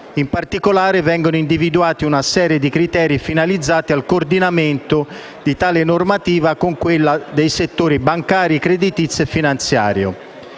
In particolare, vengono individuati una serie di criteri finalizzati al coordinamento di tale normativa con quella dei settori bancario, creditizio e finanziario.